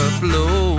flow